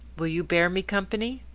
will you bear me company?